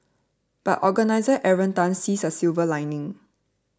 but organiser Aaron Tan sees a silver lining